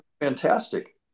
fantastic